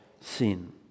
sin